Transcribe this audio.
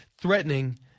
threatening